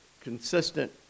consistent